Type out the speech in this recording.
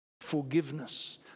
Forgiveness